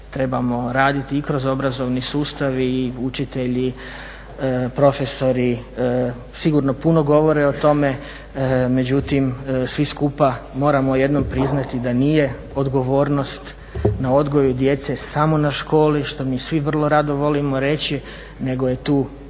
trebamo raditi i kroz obrazovni sustav i učitelji, profesori sigurno puno govore o tome. Međutim, svi skupa moramo jednom priznati da nije odgovornost na odgoju djece samo na školi što mi svi vrlo rado volimo reći nego je tu prije